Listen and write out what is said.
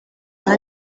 nta